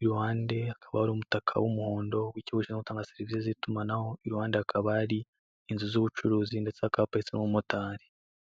iruhande akaba ari umutaka w'umuhondo w'ikigo gishinzwe gutanga serivisi z'itumanaho, iruhande hakaba hari inzu z'ubucuruzi ndetse hakaba haparitse n'umumotari.